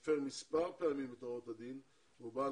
שהפר מספר פעמים את הוראות הדין והוא בעל